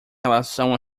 relação